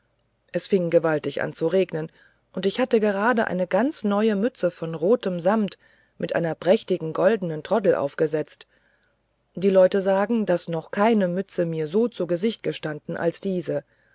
es fing gewaltig an zu regnen und ich hatte gerade eine ganz neue mütze von rotem samt mit einer prächtigen goldnen troddel aufgesetzt die leute sagen daß noch keine mütze so mir zu gesicht gestanden als diese